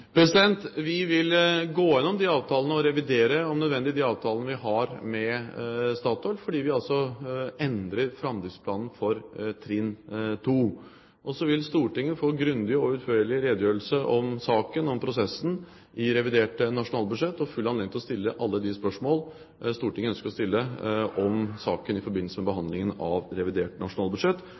Vi vil gå gjennom avtalene og revidere, om nødvendig, de avtalene vi har med Statoil, fordi vi altså endrer framdriftsplanen for trinn 2. Så vil Stortinget få grundig og utførlig redegjørelse om saken, om prosessen, i revidert nasjonalbudsjett og få full anledning til å stille alle de spørsmål Stortinget ønsker å stille om saken i forbindelse med behandlingen av revidert nasjonalbudsjett,